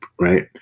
right